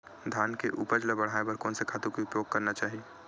धान के उपज ल बढ़ाये बर कोन से खातु के उपयोग करना चाही?